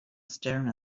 staring